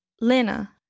Lena